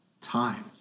times